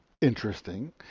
interesting